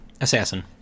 Assassin